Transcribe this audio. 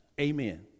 Amen